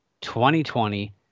2020